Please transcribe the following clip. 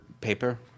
paper